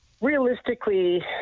realistically